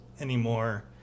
anymore